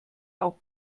auch